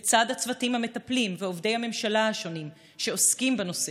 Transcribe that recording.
לצד הצוותים המטפלים ועובדי הממשלה השונים שעוסקים בנושא,